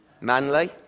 Manly